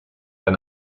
ein